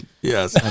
Yes